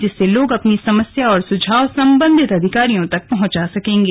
जिससे लोग अपनी समस्या और सुझाव सम्बन्धित अधिकारियों को भी दे सकेंगे